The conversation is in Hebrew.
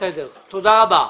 תודה רבה.